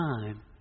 time